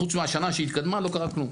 חוץ מהשנה שהתקבלה לא קרה כלום.